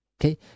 Okay